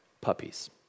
puppies